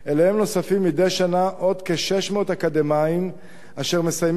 אליהם נוספים מדי שנה עוד כ-600 אקדמאים אשר מסיימים את